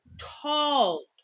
tall